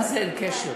מה זה אין קשר?